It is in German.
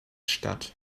statt